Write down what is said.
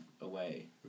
away